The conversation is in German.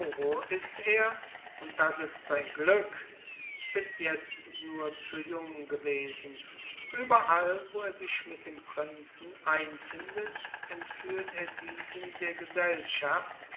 ist er und das ist sein glück bis jetzt nur zu jung gewesen überall wo er sich mit dem prinzen einfindet entführt er diesen der gesellschaft